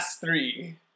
three